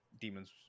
demons